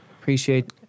Appreciate